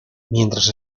mientras